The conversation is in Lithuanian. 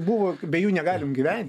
buvo be jų negalim gyventi